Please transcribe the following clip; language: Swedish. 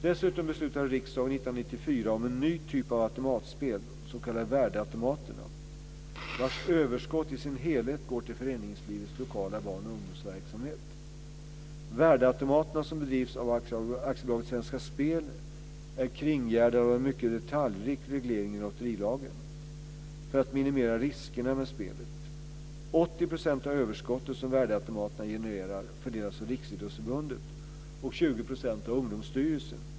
Dessutom beslutade riksdagen 1994 om en ny typ av automatspel, de s.k. värdeautomaterna, vars överskott i sin helhet går till föreningslivets lokala barnoch ungdomsverksamhet. Värdeautomaterna som bedrivs av AB Svenska Spel är kringgärdade av en mycket detaljrik reglering i lotterilagen, för att minimera riskerna med spelet. 80 % av överskottet som värdeautomaterna genererar fördelas av Riksidrottsförbundet och 20 % av Ungdomsstyrelsen.